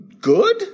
good